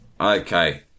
Okay